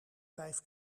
vijf